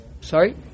Sorry